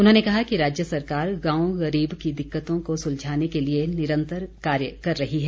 उन्होंने कहा कि राज्य सरकार गांव गरीब की दिक्कतों को सुलझाने के लिए निरंतर कार्य कर रही है